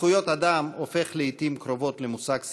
המושג זכויות אדם הופך לעתים קרובות למושג סלקטיבי.